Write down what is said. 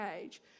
age